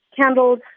candles